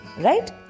right